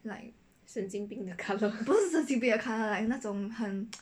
神经病的 colour